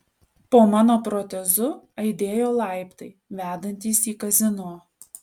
po mano protezu aidėjo laiptai vedantys į kazino